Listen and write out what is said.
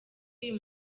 uyu